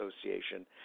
Association